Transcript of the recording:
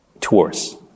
Tours